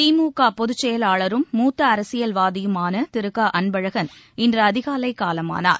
திமுக பொதுச்செயலாளரும் மூத்த அரசியல்வாதியுமான திரு க அன்பழகன் இன்று அதிகாலை காலமானார்